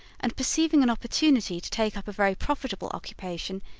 and perceiving an opportunity to take up a very profitable occupation,